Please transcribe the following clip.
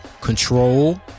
Control